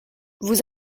vous